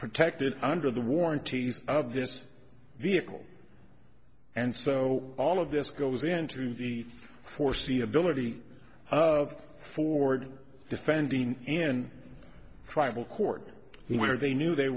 protected under the warranty of this vehicle and so all of this goes into the foreseeability of ford defending in tribal court where they knew they